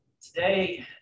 Today